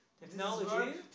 Technology